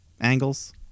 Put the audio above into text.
angles